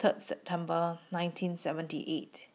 Third September nineteen seventy eight